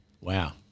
Wow